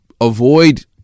avoid